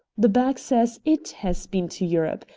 the bag says it has been to europe.